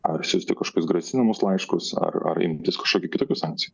ar siųsti kažkokius grasinamus laiškus ar ar imtis kažkokių kitokių sankcijų